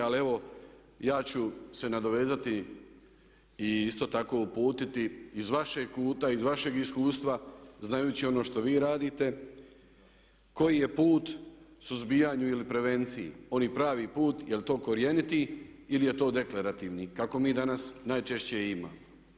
Ali evo ja ću se nadovezati i isto tako uputiti iz vašeg kuta, iz vašeg iskustva znajući ono što vi radite koji je put suzbijanju ili prevenciji, onaj pravi put, jer to korjeniti ili je to deklarativni kako mi danas najčešće i imamo.